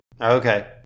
Okay